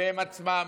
והם עצמם